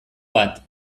bat